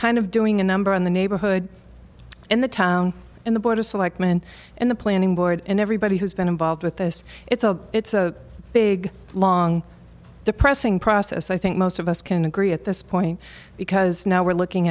kind of doing a number on the neighborhood and the town and the board of selectmen and the planning board and everybody who's been involved with us it's a it's a big long depressing process i think most of us can agree at this point because now we're looking